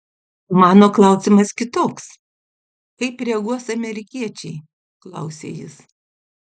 mano klausimas kitoks kaip reaguos amerikiečiai klausia jis